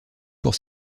pour